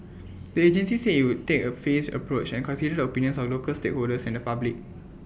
the agency said IT will take A phased approach and consider the opinions of local stakeholders and the public